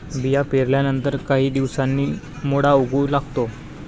बिया पेरल्यानंतर काही दिवसांनी मुळा उगवू लागतो